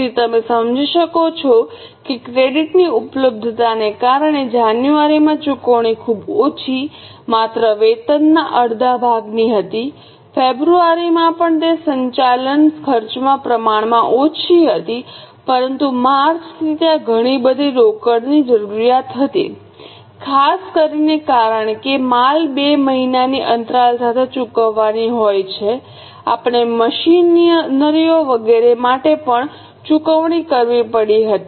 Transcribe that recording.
તેથી તમે સમજી શકો છો કે ક્રેડિટની ઉપલબ્ધતાને કારણે જાન્યુઆરીમાં ચુકવણી ખૂબ ઓછીમાત્ર વેતનના અડધા ભાગની હતી ફેબ્રુઆરીમાં પણ તે સંચાલન ખર્ચમાં પ્રમાણમાં ઓછી હતી પરંતુ માર્ચથી ત્યાં ઘણી બધી રોકડની જરૂરિયાત હતી ખાસ કરીને કારણ કે માલ 2 મહિનાની અંતરાલ સાથે ચૂકવવાની હોય છે આપણે મશીનરીઓ વગેરે માટે પણ ચૂકવણી કરવી પડી હતી